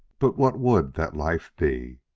but what would that life be?